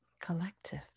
collective